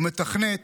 הוא מתכנת,